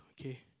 okay